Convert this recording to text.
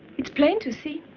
it's plain to see.